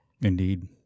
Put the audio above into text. Indeed